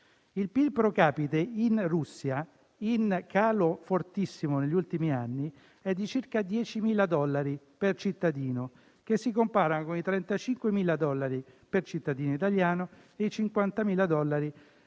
Il PIL *pro capite* in Russia, in calo fortissimo negli ultimi anni, è di circa 10.000 dollari per cittadino, al confronto con i 35.000 dollari per cittadino italiano e i 50.000 dollari